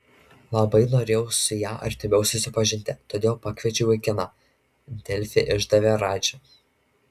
labai norėjau su ja artimiau susipažinti todėl pakviečiau į kiną delfi išdavė radži